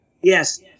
Yes